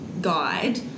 guide